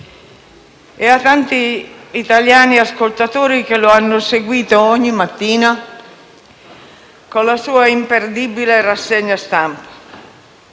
e a tanti italiani ascoltatori che lo hanno seguito ogni mattina, con la sua imperdibile rassegna stampa,